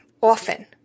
often